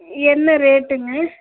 என்ன ரேட்டுங்க